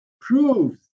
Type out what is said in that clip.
proves